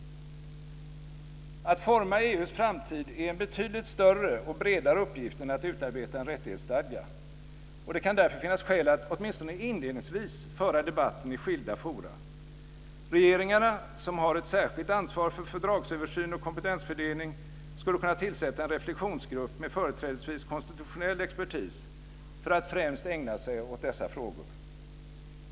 Att forma EU:s framtid är en betydligt större och bredare uppgift än att utarbeta en rättighetsstadga. Det kan därför finnas skäl att - åtminstone inledningsvis - föra debatten i skilda forum. Regeringarna, som har ett särskilt ansvar för fördragsöversyn och komptetensfördelning, skulle kunna tillsätta en reflexionsgrupp med företrädesvis konstitutionell expertis för att främst ägna sig åt dessa frågor.